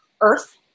earth